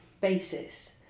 basis